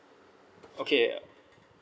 okay